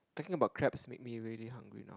talking about crabs make me really hungry now